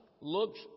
looks